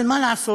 אבל מה לעשות,